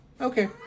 Okay